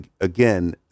again